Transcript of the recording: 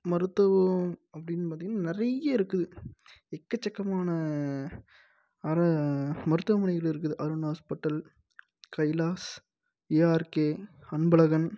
மருத்துவம் அப்படின்னு பார்த்திங்கனா நிறைய இருக்குது எக்கச்சக்கமான அர மருத்துவமனைகள் இருக்குது அருண் ஹாஸ்பெட்டல் கைலாஷ் ஏஆர்கே அன்பழகன்